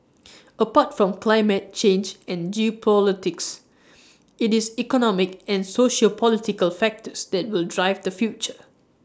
apart from climate change and geopolitics IT is economic and sociopolitical factors that will drive the future